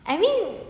I mean